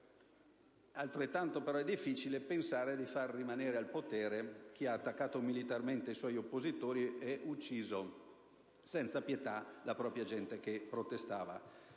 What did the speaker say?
altrettanto difficile è pensare di mantenere al potere chi ha attaccato militarmente i propri oppositori ed ucciso senza pietà la propria gente che protestava.